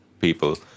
people